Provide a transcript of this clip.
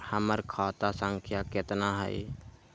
हमर खाता संख्या केतना हई?